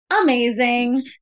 amazing